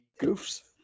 goofs